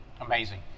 amazing